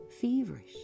feverish